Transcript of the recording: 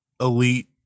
elite